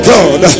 God